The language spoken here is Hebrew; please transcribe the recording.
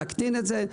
להקטין את זה,